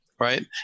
Right